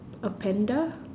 a panda